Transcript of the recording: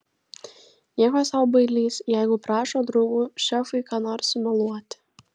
nieko sau bailys jeigu prašo draugų šefui ką nors sumeluoti